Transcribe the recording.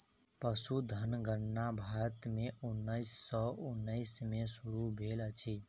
पशुधन गणना भारत में उन्नैस सौ उन्नैस में शुरू भेल अछि